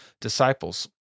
disciples